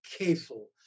careful